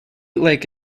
lake